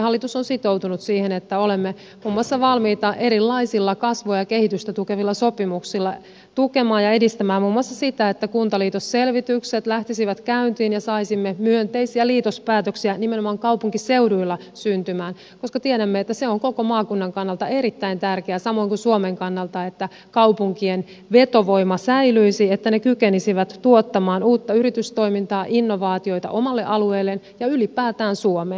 hallitus on sitoutunut siihen että olemme muun muassa valmiita erilaisilla kasvua ja kehitystä tukevilla sopimuksilla tukemaan ja edistämään muun muassa sitä että kuntaliitosselvitykset lähtisivät käyntiin ja saisimme myönteisiä liitospäätöksiä nimenomaan kaupunkiseuduilla syntymään koska tiedämme että se on koko maakunnan kannalta erittäin tärkeää samoin kuin suomen kannalta että kaupunkien vetovoima säilyisi että ne kykenisivät tuottamaan uutta yritystoimintaa innovaatioita omalle alueelleen ja ylipäätään suomeen